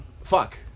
fuck